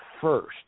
first